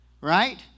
Right